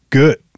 good